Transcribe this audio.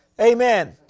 Amen